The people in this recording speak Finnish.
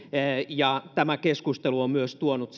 ja tämä keskustelu on myös tuonut